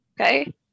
Okay